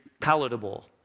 palatable